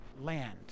land